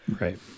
Right